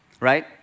right